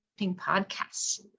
podcasts